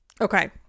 Okay